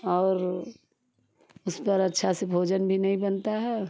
और उसपर अच्छा से भोजन भी नहीं बनता है